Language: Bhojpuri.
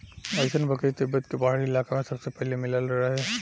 अइसन बकरी तिब्बत के पहाड़ी इलाका में सबसे पहिले मिलल रहे